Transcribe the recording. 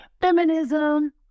Feminism